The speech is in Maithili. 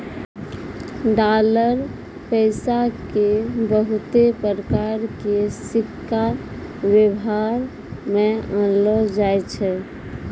डालर पैसा के बहुते प्रकार के सिक्का वेवहार मे आनलो जाय छै